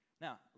Now